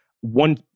one